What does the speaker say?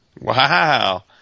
Wow